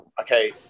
okay